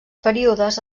períodes